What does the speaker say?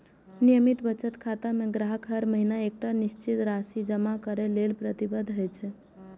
नियमित बचत खाता मे ग्राहक हर महीना एकटा निश्चित राशि जमा करै लेल प्रतिबद्ध होइ छै